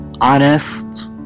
honest